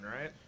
right